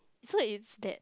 so it's that